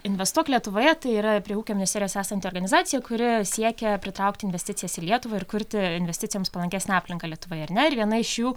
investuok lietuvoje tai yra prie ūkio ministerijos esanti organizacija kuri siekia pritraukti investicijas į lietuvą ir kurti investicijoms palankesnę aplinką lietuvoje ar ne ir viena iš jų